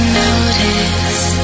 notice